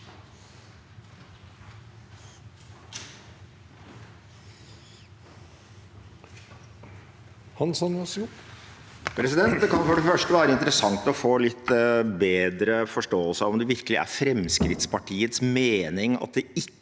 Det kan være interessant å få litt bedre forståelse av om det virkelig er Fremskrittspartiets mening at det ikke